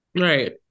Right